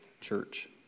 Church